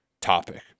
topic